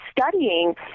studying